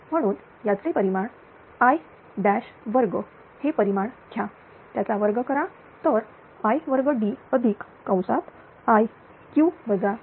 म्हणून याचे परिमाण I2 हे परिमाण घ्या त्याचा वर्ग करा तर i2d 2 हे